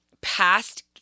past